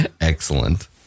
Excellent